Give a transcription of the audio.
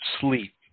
sleep